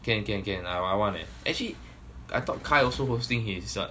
can can can uh I want eh actually I thought kyle also hosting his what